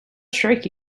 strike